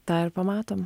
tą ir pamatom